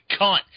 cunt